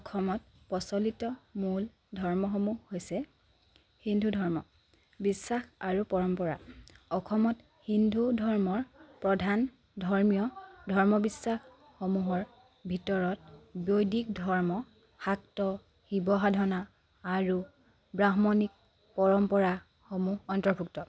অসমত প্ৰচলিত মূল ধৰ্মসমূহ হৈছে হিন্দু ধৰ্ম বিশ্বাস আৰু পৰম্পৰা অসমত হিন্দু ধৰ্মৰ প্ৰধান ধৰ্মীয় ধৰ্ম বিশ্বাসসমূহৰ ভিতৰত বৈদিক ধৰ্ম শাক্ত শিৱ সাধনা আৰু ব্ৰাহ্মণিক পৰম্পৰাসমূহ অন্তৰ্ভুক্ত